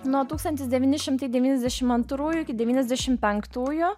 nuo tūkstantis devyni šimtai devyniasdešim antrųjų iki devyniasdešim penktųjų